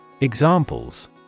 Examples